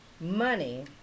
money